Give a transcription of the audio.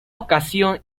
ocasión